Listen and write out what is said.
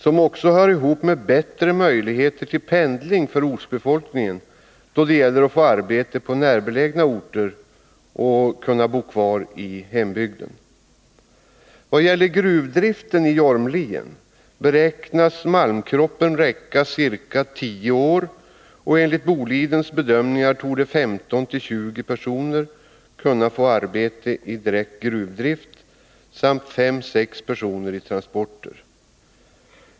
Det hör också ihop med bättre möjligheter till pendling för ortsbefolkningen då det gäller att få arbete på närbelägna orter och att kunna bo kvar i hembygden. I vad det gäller gruvdriften i Jormlien beräknas malmkroppen räcka ca tio år, och enligt Bolidens bedömningar torde 15-20 personer kunna få arbete i direkt gruvdrift samt 5-6 personer med transporter.